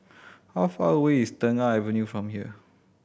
how far away is Tengah Avenue from here